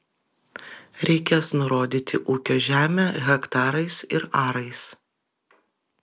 reikės nurodyti ūkio žemę hektarais ir arais